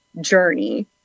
Journey